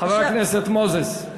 חבר הכנסת מוזס.